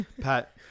Pat